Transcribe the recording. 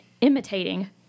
imitating